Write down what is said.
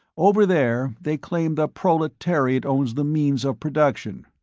over there they claim the proletariat owns the means of production.